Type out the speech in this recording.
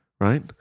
Right